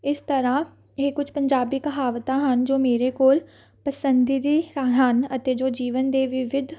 ਇਸ ਤਰ੍ਹਾਂ ਇਹ ਕੁਛ ਪੰਜਾਬੀ ਕਹਾਵਤਾਂ ਹਨ ਜੋ ਮੇਰੇ ਕੋਲ ਪਸੰਦੀਦਾ ਹਨ ਅਤੇ ਜੋ ਜੀਵਨ ਦੇ ਵੀ ਵਿਦ